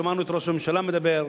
שמענו את ראש הממשלה מדבר,